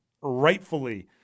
rightfully